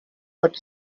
but